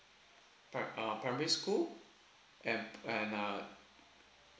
pri~ uh primary school and and uh